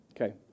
Okay